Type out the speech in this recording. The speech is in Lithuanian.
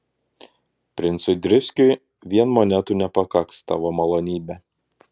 princui driskiui vien monetų nepakaks tavo malonybe